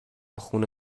خونه